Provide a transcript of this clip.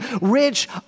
rich